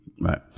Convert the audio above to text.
Right